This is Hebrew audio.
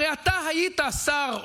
הרי אתה היית שר,